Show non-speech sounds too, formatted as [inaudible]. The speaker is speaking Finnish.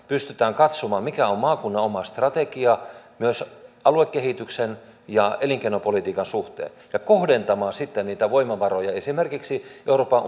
pystytään katsomaan mikä on maakunnan oma strategia myös aluekehityksen ja elinkeinopolitiikan suhteen ja kohdentamaan sitten niitä voimavaroja esimerkiksi euroopan [unintelligible]